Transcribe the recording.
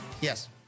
Yes